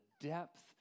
depth